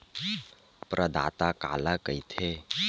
प्रदाता काला कइथे?